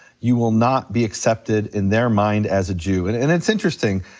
you will not be accepted in their mind as a jew. and and it's interesting,